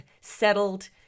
settled